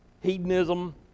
hedonism